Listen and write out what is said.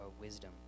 wisdom